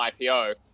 IPO